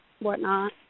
whatnot